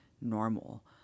normal